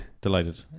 Delighted